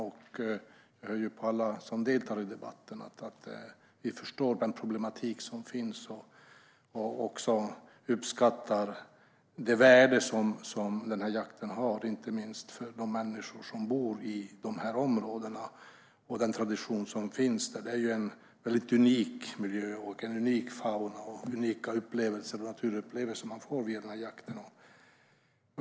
Jag hör ju på alla som deltar i debatten att vi förstår den problematik som finns och också uppskattar det värde som den här jakten har, inte minst för de människor som bor i dessa områden med den tradition som finns där. Det är en unik miljö och en unik fauna, och det är unika naturupplevelser man får via den här jakten.